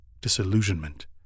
disillusionment